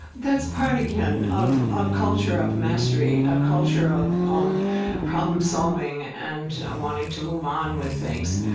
that's part, again, of a culture of mastery, a culture of um problem solving and and wanting to move on with things.